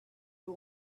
you